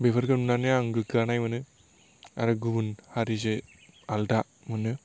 बेफोरखौ नुनानै आं गोग्गानाय मोनो आरो गुबुन हारिजो आलदा मोनो